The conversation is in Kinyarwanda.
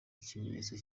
ikimenyetso